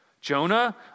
Jonah